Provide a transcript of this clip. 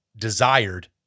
desired